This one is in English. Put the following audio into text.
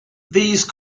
these